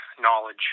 knowledge